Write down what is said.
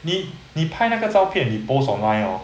你你拍那个照片你 post online hor